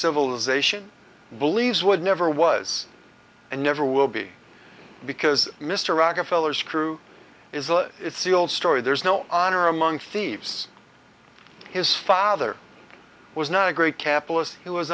civilization believes would never was and never will be because mr rockefeller screw is a it's the old story there's no honor among thieves his father was not a great capitalist he was